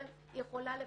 היא יכולה לפרכס,